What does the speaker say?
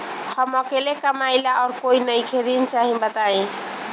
हम अकेले कमाई ला और कोई नइखे ऋण चाही बताई?